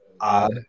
odd